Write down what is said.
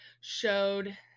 showed